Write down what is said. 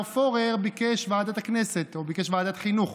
פורר ביקש ועדת הכנסת או ביקש ועדת חינוך,